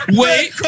wait